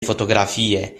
fotografie